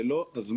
זה לא הזמן,